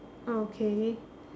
okay